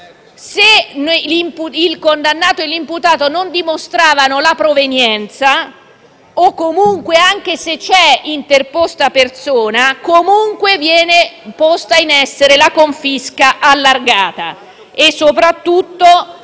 Se il condannato e l'imputato non dimostravano la provenienza, o comunque anche se c'era interposta persona, veniva posta in essere la confisca allargata; soprattutto